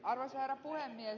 arvoisa herra puhemies